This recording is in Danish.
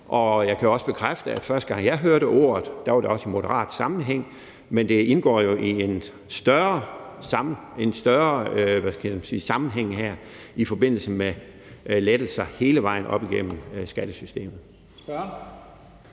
og jeg kan også bekræfte, at første gang jeg hørte ordet, var det også i sammenhæng med Moderaterne. Men det indgår jo i en større sammenhæng her i forbindelse med lettelser hele vejen op igennem skattesystemet.